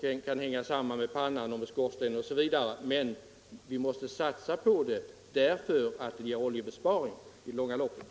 Det kan hänga samman med pannan och skorstenen m.m., men vi måste satsa på spjällregulatorer därför att de medverkar till oljebesparing i det långa loppet.